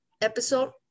episode